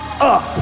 up